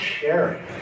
sharing